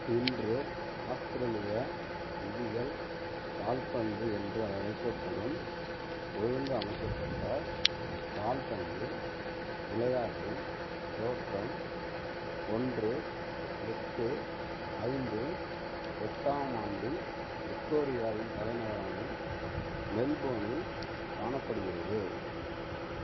இன்று ஆஸ்திரேலிய விதிகள் கால்பந்து என்று அழைக்கப்படும் ஒழுங்கமைக்கப்பட்ட கால்பந்து விளையாட்டின் தோற்றம் ஒன்று எட்டு ஐந்து எட்டாம் ஆண்டில் விக்டோரியாவின் தலைநகரான மெல்போர்னில் காணப்படுகிறது